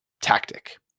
tactic